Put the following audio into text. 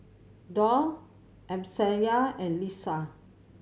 Daud Amsyar and Lisa